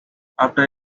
after